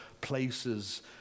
places